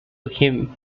him